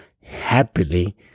happily